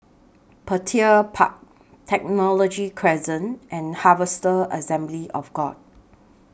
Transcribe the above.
Petir Park Technology Crescent and Harvester Assembly of God